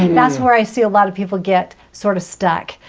that's where i see a lot of people get sort of stuck,